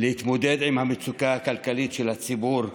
להתמודד עם המצוקה הכלכלית של הציבור בארץ,